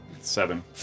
seven